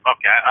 Okay